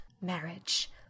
marriage